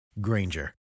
Granger